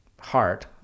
heart